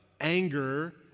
anger